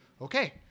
okay